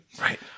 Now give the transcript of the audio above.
Right